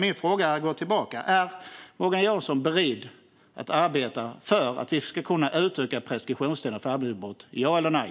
Min fråga går tillbaka: Är Morgan Johansson beredd att arbeta för att vi ska kunna utöka preskriptionstiden för arbetsmiljöbrott, ja eller nej?